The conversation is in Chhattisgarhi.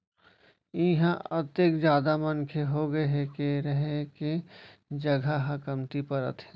इहां अतेक जादा मनखे होगे हे के रहें के जघा ह कमती परत हे